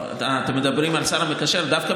אתם מדברים על השר המקשר.